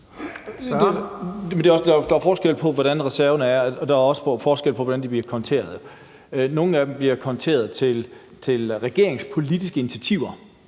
er jo forskel på, hvordan reserven er, og der er også forskel på, hvordan pengene bliver konteret. Nogle af dem bliver jo konteret til regeringens politiske initiativer,